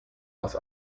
aus